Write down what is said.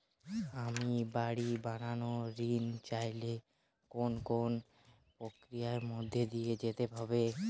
আমি বাড়ি বানানোর ঋণ চাইলে কোন কোন প্রক্রিয়ার মধ্যে দিয়ে যেতে হবে?